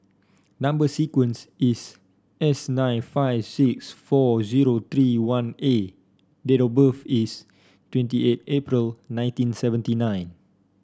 number sequence is S nine five six four zero three one A date birth is twenty eight April nineteen seventy nine